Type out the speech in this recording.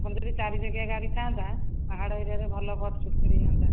ଆପଣ ଯଦି ଚାରି ଚକିଆ ଗାଡ଼ି ଥାନ୍ତା ପାହାଡ଼ ଏରିଆ ରେ ଭଲ ଫୋଟୋ ସୁଟ୍ କରି ହୁଅନ୍ତା